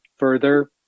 Further